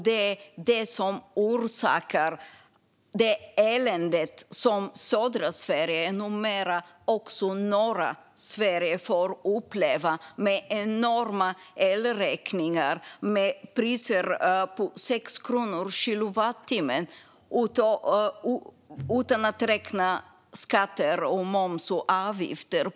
Det är vad som orsakar det elände som södra Sverige och numera också norra Sverige får uppleva med enorma elräkningar med priser på 6 kronor per kilowattimme, och på det kommer skatter, moms och avgifter.